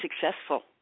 successful